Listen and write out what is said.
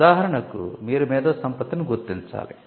ఉదాహరణకు మీరు మేధో సంపత్తిని గుర్తించాలి